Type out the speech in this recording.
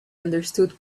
understood